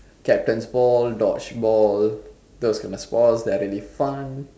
captain's ball dodgeball those are the kind of sports that are really fun